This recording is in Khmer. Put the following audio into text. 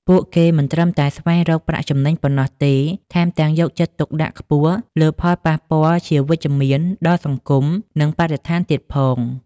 ពួកគេមិនត្រឹមតែស្វែងរកប្រាក់ចំណេញប៉ុណ្ណោះទេ ថែមទាំងយកចិត្តទុកដាក់ខ្ពស់លើផលប៉ះពាល់ជាវិជ្ជមានដល់សង្គម និងបរិស្ថានទៀតផង ។